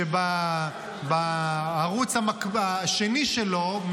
שהערוץ השני שלו,